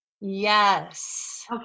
Yes